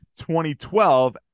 2012